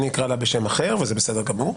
אני אקרא לה בשם אחר וזה בסדר גמור.